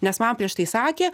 nes man prieš tai sakė